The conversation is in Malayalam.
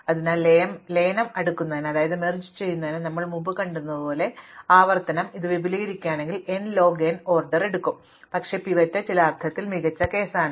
അതിനാൽ ലയനം അടുക്കുന്നതിൽ ഞങ്ങൾ കണ്ടതുപോലെ ഈ ആവർത്തനം ഞങ്ങൾ അത് വിപുലീകരിക്കുകയാണെങ്കിൽ n ലോഗ് n ഓർഡർ എടുക്കും പക്ഷേ പിവറ്റ് ചില അർത്ഥത്തിൽ മികച്ച കേസാണ്